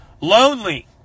Lonely